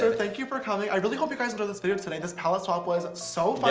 thank you for coming. i really hope you guys enjoy this video today. this pallet swap was so